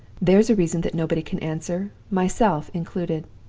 there's a reason that nobody can answer myself included.